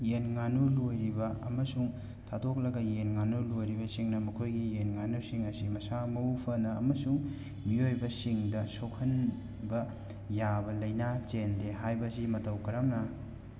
ꯌꯦꯟ ꯉꯥꯅꯨ ꯂꯣꯏꯔꯤꯕ ꯑꯃꯁꯨꯡ ꯊꯥꯗꯣꯛꯂꯒ ꯌꯦꯟ ꯉꯥꯅꯨ ꯂꯣꯏꯔꯤꯕꯁꯤꯡꯅ ꯃꯈꯣꯏꯒꯤ ꯌꯦꯟ ꯉꯥꯅꯨꯁꯤꯡ ꯑꯁꯤ ꯃꯁꯥ ꯃꯎ ꯐꯅ ꯑꯃꯁꯨꯡ ꯃꯤꯑꯣꯏꯕꯁꯤꯡꯗ ꯁꯣꯛꯍꯟꯕ ꯌꯥꯕ ꯂꯥꯏꯅꯥ ꯆꯦꯟꯗꯦ ꯍꯥꯏꯕꯁꯤ ꯃꯇꯧ ꯀꯔꯝꯅ